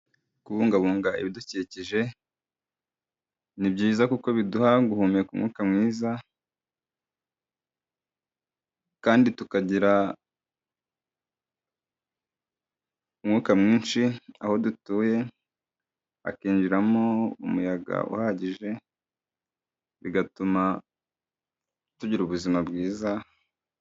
Kubungabunga ibidukikije ni byiza kuko biduha guhumeka mwiza kandi tukagira umwuka mwinshi aho dutuye hakinjiramo umuyaga uhagije bigatuma tugira ubuzima bwiza.